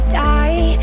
die